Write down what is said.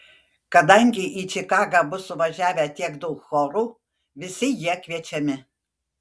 kadangi į čikagą bus suvažiavę tiek daug chorų visi jie kviečiami